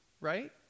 right